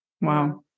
Wow